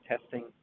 testing